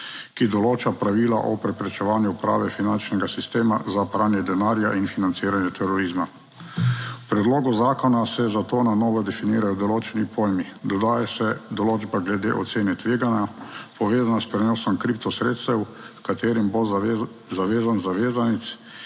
ki določa pravila o preprečevanju uporabe finančnega sistema za pranje denarja in financiranje terorizma. V predlogu zakona se za to na novo definirajo določeni pojmi. Dodaja se določba glede ocene tveganja, povezana s prenosom kripto sredstev h katerim bo zavezan zavezanec,